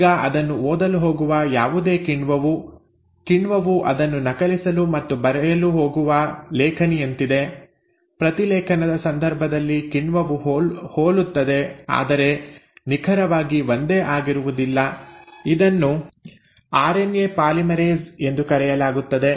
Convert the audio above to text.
ಈಗ ಅದನ್ನು ಓದಲು ಹೋಗುವ ಯಾವುದೇ ಕಿಣ್ವವು ಕಿಣ್ವವು ಅದನ್ನು ನಕಲಿಸಲು ಮತ್ತು ಬರೆಯಲು ಹೋಗುವ ಲೇಖನಿಯಂತಿದೆ ಪ್ರತಿಲೇಖನದ ಸಂದರ್ಭದಲ್ಲಿ ಕಿಣ್ವವು ಹೋಲುತ್ತದೆ ಆದರೆ ನಿಖರವಾಗಿ ಒಂದೇ ಆಗಿರುವುದಿಲ್ಲ ಇದನ್ನು ಆರ್ಎನ್ಎ ಪಾಲಿಮರೇಸ್ ಎಂದು ಕರೆಯಲಾಗುತ್ತದೆ